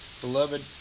beloved